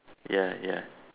ya ya